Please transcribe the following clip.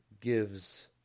gives